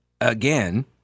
again